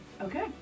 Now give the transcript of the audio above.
Okay